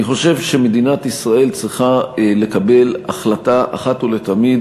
אני חושב שמדינת ישראל צריכה לקבל אחת ולתמיד